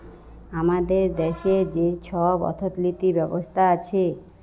আমাদের দ্যাশে যে ছব অথ্থলিতি ব্যবস্থা আছে